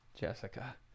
jessica